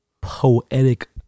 poetic